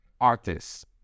Artists